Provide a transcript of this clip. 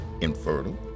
infertile